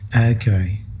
Okay